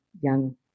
young